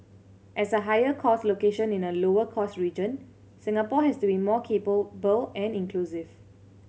as a higher cost location in a lower cost region Singapore has to be more capable and inclusive